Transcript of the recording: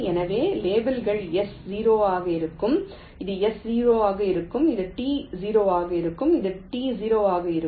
எனவே லேபிள்கள் S0 ஆக இருக்கும் இது S0 ஆக இருக்கும் இது T0 ஆக இருக்கும் இது T0 ஆக இருக்கும்